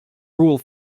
rule